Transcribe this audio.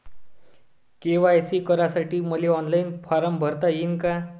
KYC करासाठी मले online form भरता येईन का?